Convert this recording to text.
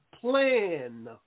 plan